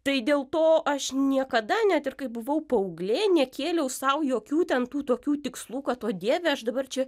tai dėl to aš niekada net ir kai buvau paauglė nekėliau sau jokių ten tų tokių tikslų kad o dieve aš dabar čia